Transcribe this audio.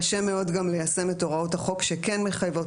קשה מאוד גם ליישם את הוראות החוק שכן מחייבות.